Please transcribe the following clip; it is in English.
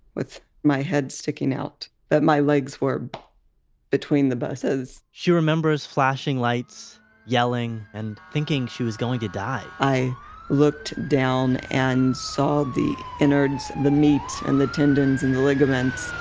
with my head sticking out. but my legs were between the buses. she remembers flashing lights, yelling, and thinking she was going to die. i looked down and saw the innards. the meat and the tendons and the ligaments.